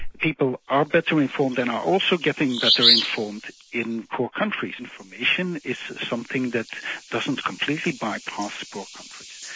people are better informed and are also getting better informed in poor countries, information is something that doesn't completely bypass poor countries.